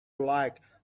like